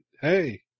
Hey